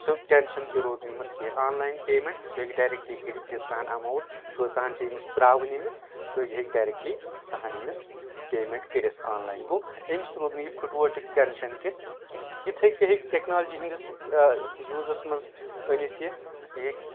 سُہ ٹٮ۪نشن تہِ روٗد نہٕ یِمن کیںٛہہ آن لایِن پے مینٹ سُہ ہٮ۪کہِ ڈایرٮ۪کٹلی کٔرتھ تیٖژاہان اٮ۪ماونٹ کۭژاہان چھِ أمِس ترٛاوٕنۍ أمِس تہٕ یہِ ہٮ۪کہِ ڈایرٮ۪کٹلی سۄ ہان أمِس پے مینٹ کٔرتھ آن لایِن گوٚو أمِس روٗد نہٕ یہِ پھُٹووٹُک ٹٮ۪نشن تہِ کینٛہہ یِتھے کٔنۍ ہٮ۪کہِ ٹٮ۪کنالجی ہٕنٛدِس یوٗزس منٛز أنِتھ یہِ یہِ ہٮ۪کہِ